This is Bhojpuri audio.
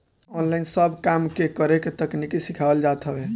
ऑनलाइन सब काम के करे के तकनीकी सिखावल जात हवे